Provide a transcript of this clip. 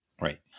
Right